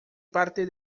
parte